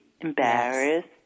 embarrassed